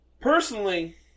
Personally